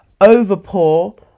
overpour